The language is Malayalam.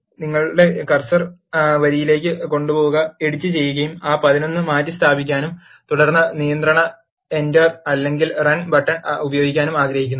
നിങ്ങളുടെ കഴ് സർ വരിയിലേക്ക് കൊണ്ടുപോകുക എഡിറ്റുചെയ്യാനും ആ 11 മാറ്റിസ്ഥാപിക്കാനും തുടർന്ന് നിയന്ത്രണ എന്റർ അല്ലെങ്കിൽ റൺ ബട്ടൺ ഉപയോഗിക്കാനും ആഗ്രഹിക്കുന്നു